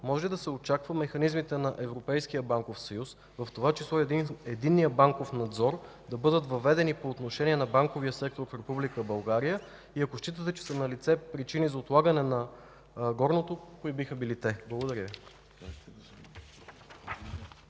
може ли да се очаква механизмите на Европейския банков съюз, в това число – единният банков надзор, да бъдат въведени по отношение на банковия сектор в Република България? И ако считате, че са налице причини за отлагане на горното, какви биха били те? Благодаря